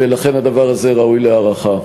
ולכן הדבר הזה ראוי להערכה.